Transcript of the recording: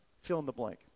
fill-in-the-blank